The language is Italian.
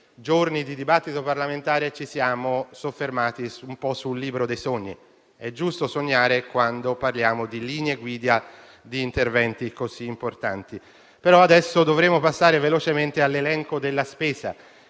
giorni di dibattito parlamentare ci siamo soffermati un po' sul libro dei sogni: è giusto sognare, quando parliamo di linee guida di interventi così importanti, però adesso dovremo passare velocemente all'elenco della spesa